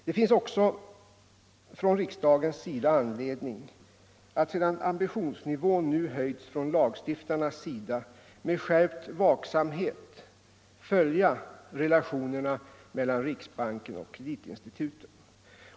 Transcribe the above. Det finns också för riksdagen anledning att, sedan ambitionsnivån nu höjts från lagstiftarnas sida, med skärpt vaksamhet följa relationerna mellan riksbanken och kreditinstituten.